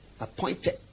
appointed